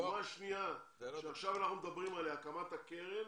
דוגמה שנייה עליה אנחנו מדברים עכשיו, הקמת הקרן.